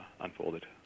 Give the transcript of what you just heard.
unfolded